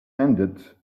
ended